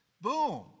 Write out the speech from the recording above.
Boom